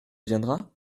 viendra